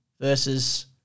versus